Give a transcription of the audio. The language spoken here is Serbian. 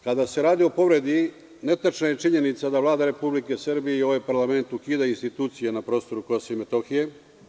Kada se radi o povredi netačna je činjenica da Vlada Republike Srbije i ovaj parlament ukidaju institucije na prostoru Kosova i Metohije.